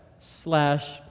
slash